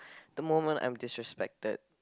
the moment I'm disrespected